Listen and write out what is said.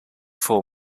for